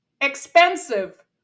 expensive